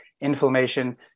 inflammation